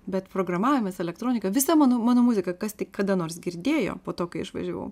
bet programavimas elektronika visa mano mano muzika kas tik kada nors girdėjo po to kai išvažiavau